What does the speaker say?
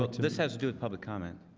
ah this has to do with public comment